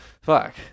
fuck